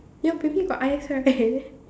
your baby got eyes right